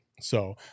So-